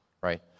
right